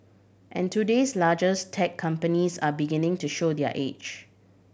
and today's largest tech companies are beginning to show their age